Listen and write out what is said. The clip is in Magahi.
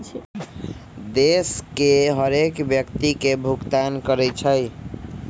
देश के हरेक व्यक्ति के भुगतान करइ छइ